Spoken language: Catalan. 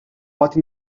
pot